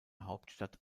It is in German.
hauptstadt